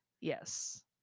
Yes